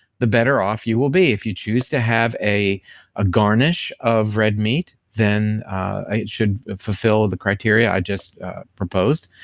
the better off you will be. if you choose to have a ah garnish of red meat, then it should fulfill the criteria i just proposed.